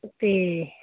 ਅਤੇ